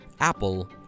apple